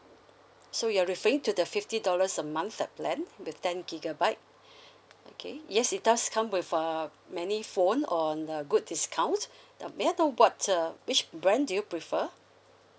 so you're referring to the fifty dollars a month that plan with ten gigabyte okay yes it does come with uh many phone on uh good discount uh may I know what's uh which brand do you prefer